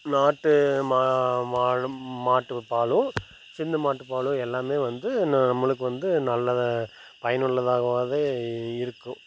நாட்டு மா மாடும் மாட்டு பாலும் சிந்து மாட்டு பாலும் எல்லாமே வந்து என்ன நம்மளுக்கு வந்து நல்லதை பயனுள்ளதாகவாவே இருக்கும்